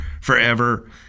forever